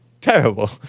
Terrible